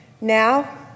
Now